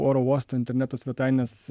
oro uosto interneto svetaines